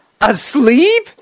Asleep